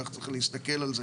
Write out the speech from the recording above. כך צריך להסתכל על זה